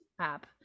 app